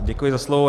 Děkuji za slovo.